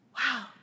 Wow